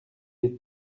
être